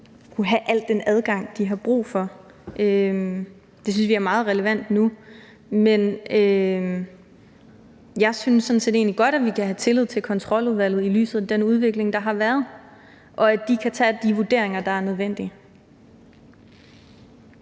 kunne have al den adgang, de har brug for. Det synes vi er meget relevant nu, men jeg synes egentlig godt, at vi kan have tillid til Kontroludvalget i lyset af den udvikling, der har været, og at de kan tage de vurderinger, der er nødvendige.